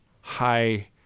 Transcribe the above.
high